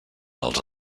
els